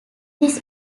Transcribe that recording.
this